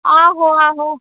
आहो आहो